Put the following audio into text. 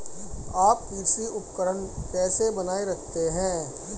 आप कृषि उपकरण कैसे बनाए रखते हैं?